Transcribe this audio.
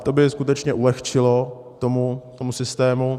To by skutečně ulehčilo tomu systému.